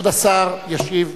כבוד השר ישיב.